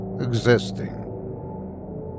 existing